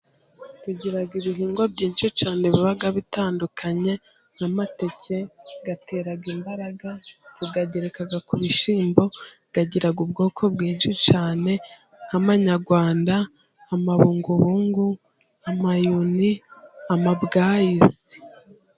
Tugira ibihingwa byinshi cyane biba bitandukanye, n'amateke atera imbaraga tuyagereka ku bishyimbo . Agira ubwoko bwinshi cyane, nk'amanyarwanda, amabungubungu, amayuni, amabwayisi.